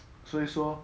所以说